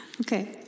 Okay